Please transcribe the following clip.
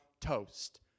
toast